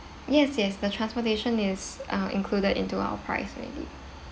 yes yes the transportation is uh included into our price already